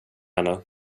ännu